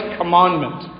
commandment